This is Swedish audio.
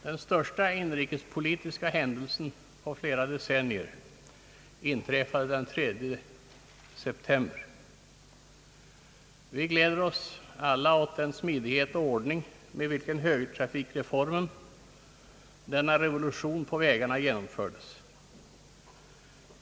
Den största inrikespolitiska händelsen på flera decennier inträffade den 3 september. Vi gläder oss alla åt den smidighet och ordning med vilken högertrafikreformen, denna revolution på vägarna, genomfördes.